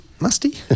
musty